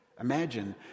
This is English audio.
Imagine